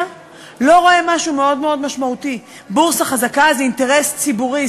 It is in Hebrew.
לא רואה משהו מאוד מאוד משמעותי: בורסה חזקה זה אינטרס ציבורי,